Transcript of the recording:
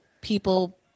people